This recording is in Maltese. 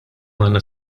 għandna